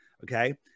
Okay